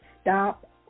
stop